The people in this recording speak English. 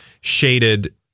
shaded